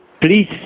please